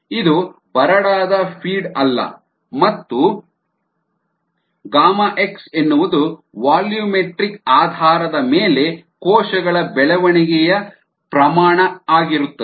ಇದು ಬರಡಾದ ಫೀಡ್ ಅಲ್ಲ ಮತ್ತು rx ಎನ್ನುವುದು ವಾಲ್ಯೂಮೆಟ್ರಿಕ್ ಆಧಾರದ ಮೇಲೆ ಕೋಶಗಳ ಬೆಳವಣಿಗೆಯ ಪ್ರಮಾಣ ಆಗಿರುತ್ತದೆ